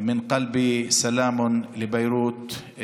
ברצוננו לאחל ממעמקי ליבנו שלום לביירות,